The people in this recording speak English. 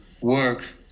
work